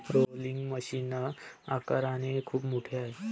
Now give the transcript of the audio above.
rolling machine आकाराने खूप मोठे आहे